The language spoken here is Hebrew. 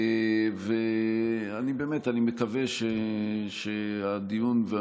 ואני באמת מקווה שהדיון,